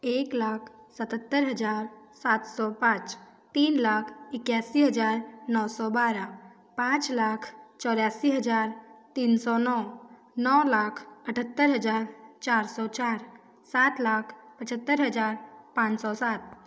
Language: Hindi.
एक लाख सतहत्तर हज़ार सात सौ पाँच तीन लाख इक्यासी हज़ार नो सौ बारह पाँच लाख चौरासी तीन सौ नौ नौ लाख अठहत्तर हज़ार चार सौ चार सात लाख पचहत्तर हज़ार पाँच सौ सात